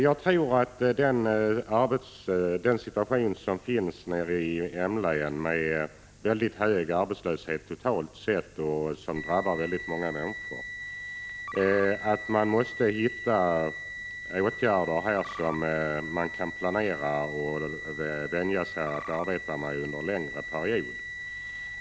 Jag tror att i den situation som råder i länet, med väldigt hög arbetslöshet totalt sett, måste det till åtgärder som man kan vänja sig vid att arbeta med under en längre period.